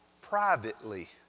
privately